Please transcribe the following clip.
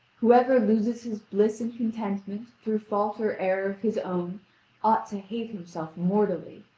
whoever loses his bliss and contentment through fault or error of his own ought to hate himself mortally.